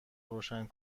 روشن